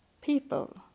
people